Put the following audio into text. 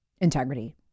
integrity